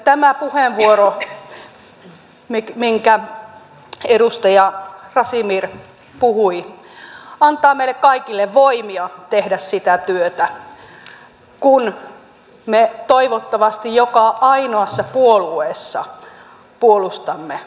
tämä puheenvuoro minkä edustaja razmyar puhui antaa meille kaikille voimia tehdä sitä työtä kun me toivottavasti joka ainoassa puolueessa puolustamme sitä nollatoleranssia